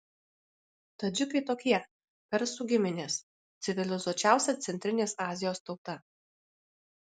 tadžikai tokie persų giminės civilizuočiausia centrinės azijos tauta